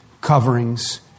coverings